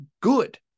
good